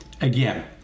again